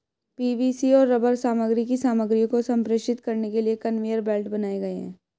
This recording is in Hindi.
पी.वी.सी और रबर सामग्री की सामग्रियों को संप्रेषित करने के लिए कन्वेयर बेल्ट बनाए गए हैं